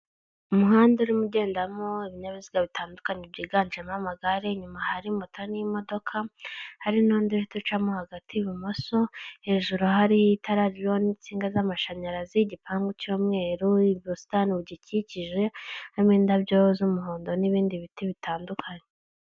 Umuhanda urimo ugendamo ibinyabiziga bitandukanye byiganjemo amagare, inyuma hari moto n'imodoka, hari n'undi uhita ucamo hagati ibumoso, hejuru hari itara ririho n'insinga z'amashanyarazi, igipangu cy'umweru, ubusitani bugikikije, harimo indabyo z'umuhondo n'ibindi biti bitandukanye.